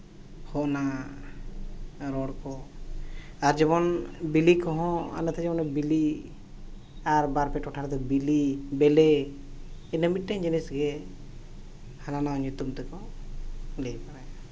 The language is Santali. ᱦᱚᱸ ᱱᱟᱦᱟᱜ ᱨᱚᱲ ᱠᱚ ᱟᱨ ᱡᱮᱢᱚᱱ ᱵᱤᱞᱤ ᱠᱚ ᱦᱚᱸ ᱟᱞᱮ ᱱᱚᱛᱮ ᱫᱚ ᱡᱮᱢᱚᱱ ᱵᱤᱞᱤ ᱟᱨ ᱵᱟᱨ ᱯᱮ ᱴᱚᱴᱷᱟ ᱨᱮᱫᱚ ᱵᱤᱞᱤ ᱵᱮᱞᱮ ᱤᱱᱟᱹ ᱢᱤᱫᱴᱮᱱ ᱡᱤᱱᱤᱥ ᱜᱮ ᱦᱟᱱᱟ ᱱᱟᱣᱟ ᱧᱩᱛᱩᱢ ᱛᱮᱠᱚ ᱞᱟᱹᱭ ᱵᱟᱲᱟᱭᱟ